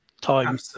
time